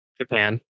Japan